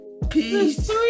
peace